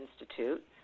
Institute